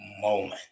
moment